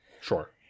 sure